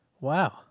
wow